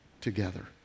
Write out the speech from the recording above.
Together